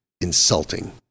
insulting